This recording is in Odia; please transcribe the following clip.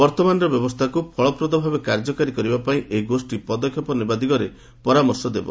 ବର୍ତ୍ତମାନର ବ୍ୟବସ୍ଥାକୁ ଫଳାପ୍ରଦଭାବେ କାର୍ଯ୍ୟକାରୀ କରିବା ପାଇଁ ଏହି ଗୋଷ୍ଠୀ ପଦକ୍ଷେପ ନେବା ଦିଗରେ ପରାମର୍ଶ ଦେବ